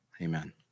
Amen